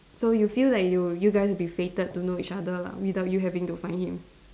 so you feel like you'll you guys will be fated to know each other lah without you having to find him